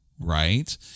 right